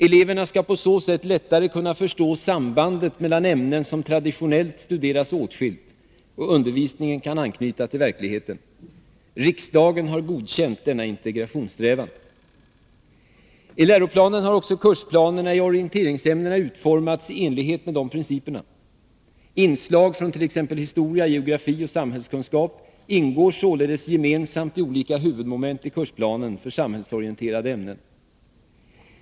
Eleverna skall på så sätt lättare kunna förstå sambandet mellan ämnen som traditionellt studeras åtskilt, och undervisningen kan anknyta till verkligheten. Riksdagen har godkänt denna integrationssträvan . I Lgr 80 har också kursplanerna i orienteringsämnena utformats i enlighet med dessa principer. Inslag från t.ex. historia, geografi och samhällskunskap ingår således gemensamt i olika huvudmoment i kursplanen för samhällsorienterande ämnen.